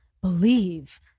believe